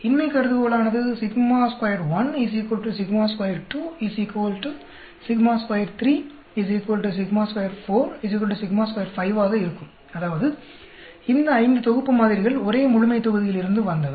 இன்மை கருதுகோளானது ஆக இருக்கும் அதாவது இந்த ஐந்து தொகுப்பு மாதிரிகள் ஒரே முழுமைத்தொகுதியிலிருந்து வந்தவை